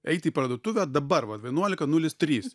eit į parduotuvę dabar va vienuolika nulis trys